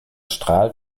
strahl